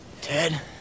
Ted